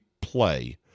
play